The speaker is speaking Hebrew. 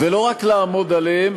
לא רק לעמוד עליהם,